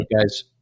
guys